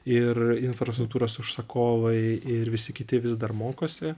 ir infrastruktūros užsakovai ir visi kiti vis dar mokosi